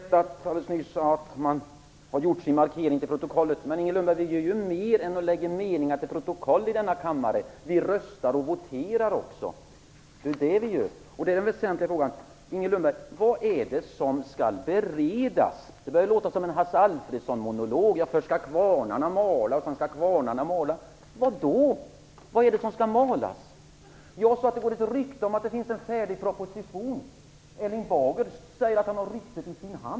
Fru talman! Inger Lundberg talade om en markering som har gjorts till protokollet. Men, Inger Lundberg, det handlar ju om mer än att lägga meningar till protokoll i denna kammare. Vi röstar och voterar också. En väsentlig fråga till Inger Lundberg är vad det är som skall beredas. Det börjar låta som en Hasse Alfredson-monolog - först skall kvarnarna mala och sedan skall kvarnarna mala. Vad är det som skall malas? Jag sade att det går ett rykte om att det finns en färdig proposition. Erling Bager säger att han har ryktet i sin hand.